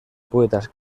poetas